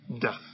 Death